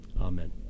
Amen